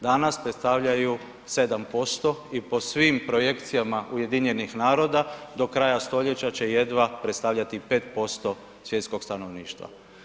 Danas predstavljaju 7% i po svim projekcijama Ujedinjenih naroda do kraja stoljeća će jedva predstavljati 5% svjetskog stanovništva.